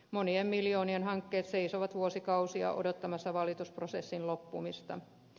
monien miljoonien hankkeet seisovat vuosikausia odottamassa valitusprosessin loppumista